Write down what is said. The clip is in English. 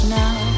now